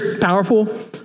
powerful